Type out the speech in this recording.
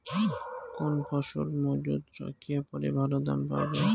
কোন ফসল মুজুত রাখিয়া পরে ভালো দাম পাওয়া যায়?